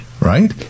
right